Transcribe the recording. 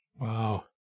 Wow